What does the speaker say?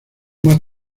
más